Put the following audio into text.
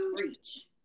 reach